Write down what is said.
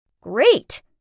Great